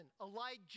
Elijah